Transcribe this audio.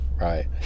right